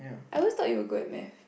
I always thought you were good at maths